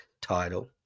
title